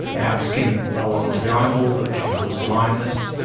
they have skin that rolls onto the eyeball that can cause blindness,